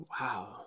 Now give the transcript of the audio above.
Wow